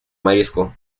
marisco